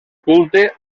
culte